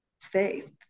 faith